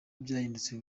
byahindutse